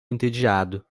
entediado